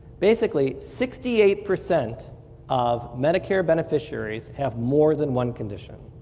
basically sixty eight percent of medicare beneficiaries have more than one condition.